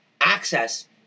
access